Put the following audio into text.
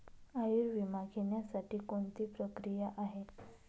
आयुर्विमा घेण्यासाठी कोणती प्रक्रिया आहे?